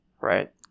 right